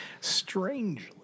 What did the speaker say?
Strangely